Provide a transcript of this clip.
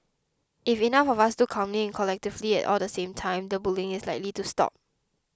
if enough of us do calmly and collectively all the same time the bullying is likely to stop